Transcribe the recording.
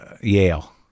yale